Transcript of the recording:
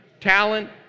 talent